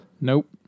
Nope